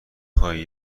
خوای